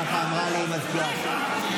ככה אמרה לי סגנית מזכיר,